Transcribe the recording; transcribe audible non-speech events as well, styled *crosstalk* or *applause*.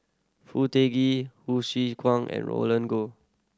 Foo Tee *unintelligible* Hsu Tse Kwang and Roland Goh